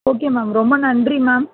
okay ma'am ரொம்ப நன்றி ma'am